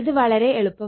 ഇത് വളരെ എളുപ്പമാണ്